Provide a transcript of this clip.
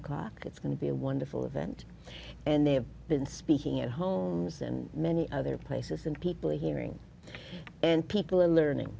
o'clock it's going to be a wonderful event and they have been speaking at home and many other places and people are hearing and people are learning